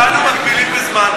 אותנו מגבילים בזמן.